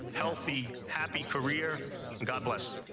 healthy, happy career god bless